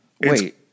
Wait